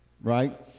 right